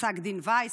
בפסק דין וייס,